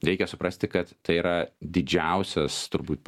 reikia suprasti kad tai yra didžiausias turbūt